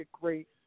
great